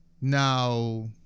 Now